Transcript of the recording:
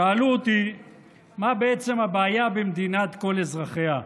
שאלו אותי מה בעצם הבעיה במדינת כל אזרחיה.